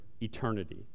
eternity